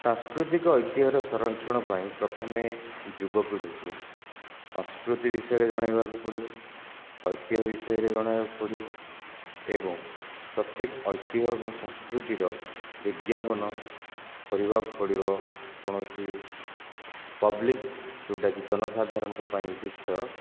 ସାଂସ୍କୃତିକ ଐତିହ୍ୟର ସଂରକ୍ଷଣ ପାଇଁ ପ୍ରଥମେ ଯୁବପିଢ଼ୀଙ୍କୁ ସଂସ୍କୃତି ବିଷୟରେ ଜଣାଇବାକୁ ପଡ଼ିବ ଐତିହ୍ୟ ବିଷୟରେ ଜଣାଇବାକୁ ପଡ଼ିବ ଏବଂ ପ୍ରତ୍ୟେକ ଐତିହ୍ୟ ଏବଂ ସଂସ୍କୃତିର ବିଜ୍ଞାପନ କରିବାକୁ ପଡ଼ିବ କୌଣସି ପବ୍ଲିକ ଯେଉଁଟାକି ଜନସାଧାରଣଙ୍କ ପାଇଁ ଉଦ୍ଧିଷ୍ଟ